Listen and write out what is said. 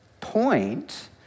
point